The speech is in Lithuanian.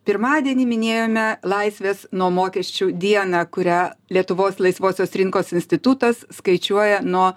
pirmadienį minėjome laisvės nuo mokesčių dieną kurią lietuvos laisvosios rinkos institutas skaičiuoja nuo